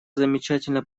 замечательно